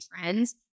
trends